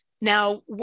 now